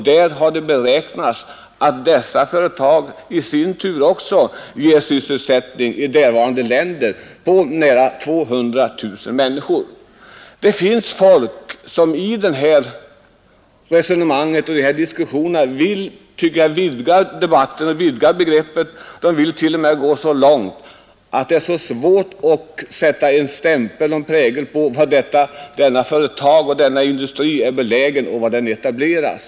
Det har beräknats att dessa företag där ger sysselsättning åt nära 200 000 människor. Det finns folk som i detta resonemang och i dessa diskussioner vill vidga debatten och vidga begreppet. De vill t.o.m. gå så långt att de säger att det är svårt att sätta en stämpel och prägel på var företagen och industrierna är belägna och etablerats.